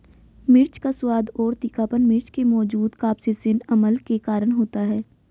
मिर्च का स्वाद और तीखापन मिर्च में मौजूद कप्सिसिन अम्ल के कारण होता है